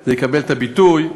זה יקבל את הביטוי,